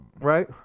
Right